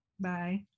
Bye